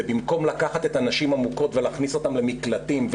ובמקום לקחת את הנשים המוכות ולהכניס אותן למקלטים,